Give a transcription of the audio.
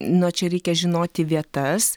na čia reikia žinoti vietas